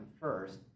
first